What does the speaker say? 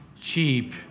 cheap